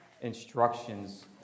instructions